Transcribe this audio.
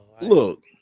Look